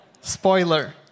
Spoiler